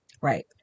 Right